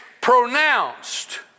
pronounced